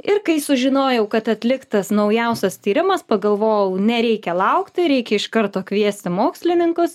ir kai sužinojau kad atliktas naujausias tyrimas pagalvojau nereikia laukti reikia iš karto kviesti mokslininkus